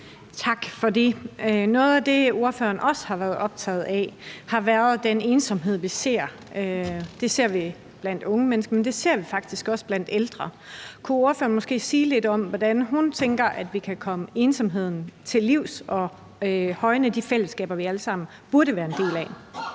det. Noget af det, ordføreren også har været optaget af, har været den ensomhed, vi ser. Vi ser det blandt unge mennesker, men vi ser det faktisk også blandt ældre. Kunne ordføreren måske sige lidt om, hvordan hun tænker vi kan komme ensomheden til livs og højne de fællesskaber, vi alle sammen burde være en del af?